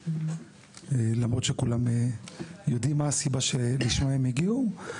למרות שכולם יודעים מה הסיבה שלשמה הם הגיעו,